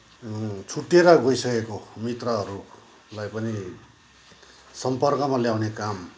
छुट्टिएर गइसकेको मित्रहरूलाई पनि सम्पर्कमा ल्याउने काम